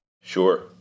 Sure